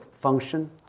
function